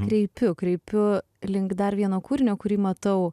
kreipiu kreipiu link dar vieno kūrinio kurį matau